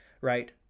right